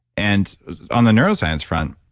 and on the neuroscience front,